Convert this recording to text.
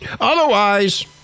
Otherwise